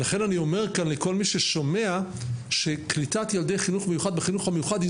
לכן אני אומר פה לכל מי ששומע שקליטת ילדי חינוך מיוחד בחינוך הרגיל היא